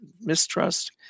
mistrust